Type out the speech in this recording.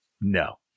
no